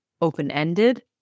open-ended